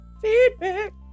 Feedback